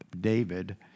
David